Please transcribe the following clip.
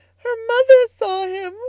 her mother saw him.